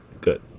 good